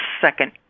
second